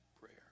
prayer